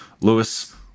Lewis